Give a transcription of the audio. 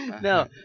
No